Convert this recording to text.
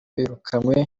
birukanywe